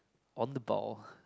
on the ball